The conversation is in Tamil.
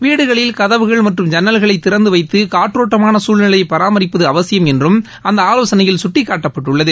வீடுகளில் கதவுகள் மற்றும் ஜன்னல்களை திறந்து வைத்து காற்றோட்டமான சூழ்நிலையை பராமரிப்பது அவசியம் என்றும் அந்த ஆலோசனையில் சுட்டிக்காட்டப்பட்டுள்ளது